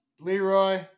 Leroy